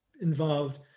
involved